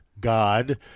God